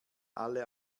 alle